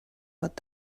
what